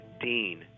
Dean